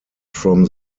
from